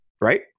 right